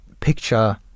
Picture